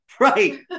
Right